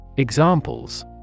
Examples